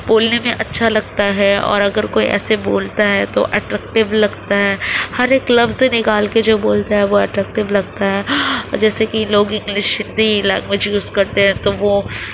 بولنے میں اچھا لگتا ہے اور اگر کوئی ایسے بولتا ہے تو ایٹریکٹیو لگتا ہے ہر ایک لفظ نکال کے جو بولتا ہے وہ ایٹریکٹیو لگتا ہے جیسے کہ لوگ انگلش ہندی لینگویج یوز کرتے ہیں تو وہ